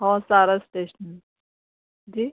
ہاں سارا اسٹیشنری جی